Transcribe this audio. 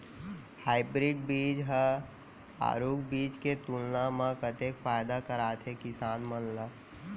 Hybrid बीज हा आरूग बीज के तुलना मा कतेक फायदा कराथे किसान मन ला?